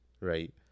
right